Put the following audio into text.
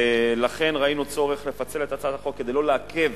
לכן ראינו צורך לפצל את הצעת החוק, כדי שלא לעכב